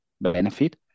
benefit